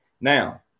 Now